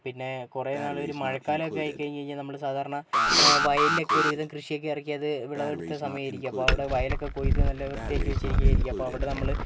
പിന്നെ കുറേ നാൾ ഒരു മഴക്കാലം ഒക്കെ ആയിക്കഴിഞ്ഞു കഴിഞ്ഞാൽ നമ്മൾ സാധാരണ വയലിലൊക്കെ ഒരുവിധം കൃഷിയൊക്കെ ഇറക്കിയത് വിളവെടുത്ത സമയമായിരിക്കും അപ്പോൾ അവിടെ വയലൊക്കെ കൊയ്ത് നല്ല വൃത്തിയാക്കി വെച്ചിരിക്കുകയായിരിക്കും അപ്പോൾ അവിടെ നമ്മൾ